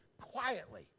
quietly